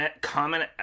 Comment